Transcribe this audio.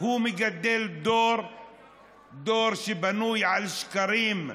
מגדל דור שבנוי על שקרים,